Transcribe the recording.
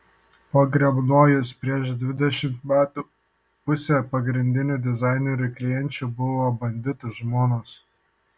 pogrebnojus prieš dvidešimt metų pusė pagrindinių dizainerių klienčių buvo banditų žmonos